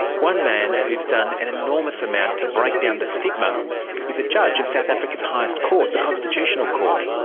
one man who's done an enormous amount to break down the stigma is a judge of south africa's highest court, the constitutional court.